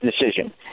decision